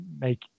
make